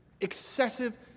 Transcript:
Excessive